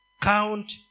count